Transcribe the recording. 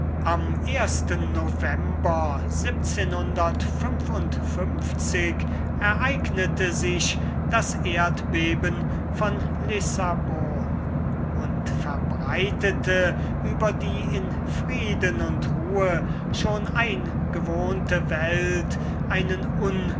am ersten november ereignete sich das erdbeben von lissabon und verbreitete über die in frieden und ruhe schon eingewohnte welt einen